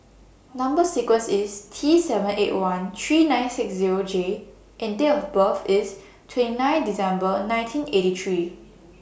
Number sequence IS T seven eight one three nine six Zero J and Date of birth IS twenty nine December nineteen eighty three